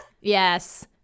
Yes